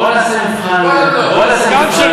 בוא נעשה מבחן, כל הבלוק.